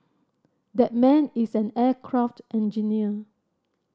that man is an aircraft engineer